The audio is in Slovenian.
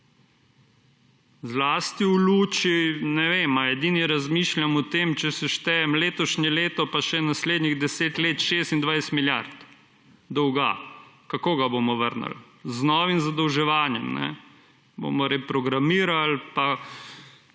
Zlasti v luči, ne ve, ali edini razmišljam o tem, če seštejem letošnje leto pa še naslednjih deset let, 26 milijard dolga. Kako ga bomo vrnili? Z novim zadolževanjem,